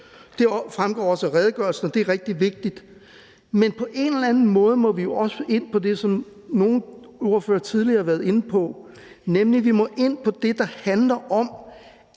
det fremgår også af redegørelsen, og det er rigtig vigtigt. Men på en eller anden måde må vi også ind på det, som nogle ordførere tidligere har været inde på, nemlig det, der handler om